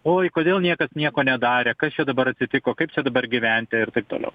oi kodėl niekas nieko nedarė kas čia dabar atsitiko kaip čia dabar gyventi ir taip toliau